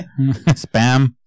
Spam